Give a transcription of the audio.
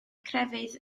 crefydd